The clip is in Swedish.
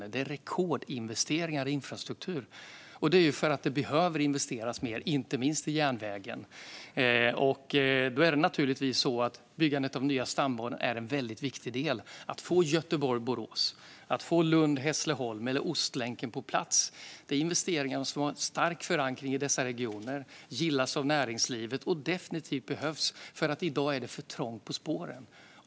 Det handlar om rekordinvesteringar i infrastruktur, eftersom det behöver investeras i inte minst järnvägen. Byggandet av nya stambanor är en viktig del i detta. Sträckorna Göteborg-Borås, Lund-Hässleholm och Ostlänken är investeringar som har stark förankring i dessa regioner, gillas av näringslivet och definitivt behövs eftersom det i dag är för trångt på spåren.